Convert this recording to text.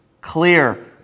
Clear